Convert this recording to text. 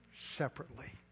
separately